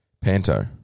panto